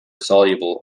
soluble